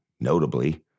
notably